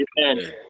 Amen